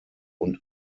und